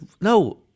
no